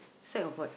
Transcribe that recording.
sack of what